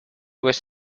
was